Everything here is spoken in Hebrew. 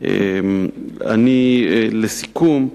לסיכום,